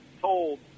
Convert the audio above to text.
told